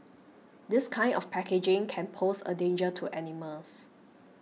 this kind of packaging can pose a danger to animals